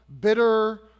bitter